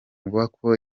maboko